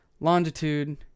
longitude